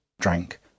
drank